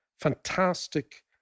fantastic